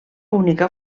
única